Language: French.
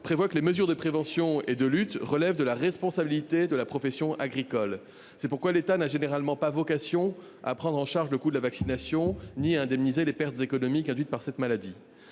prévoit que les mesures de prévention et de lutte relèvent de la responsabilité de la profession agricole. C’est pourquoi l’État n’a généralement pas vocation à prendre en charge le coût de la vaccination ni à indemniser les pertes économiques induites par cette maladie.